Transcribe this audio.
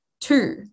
Two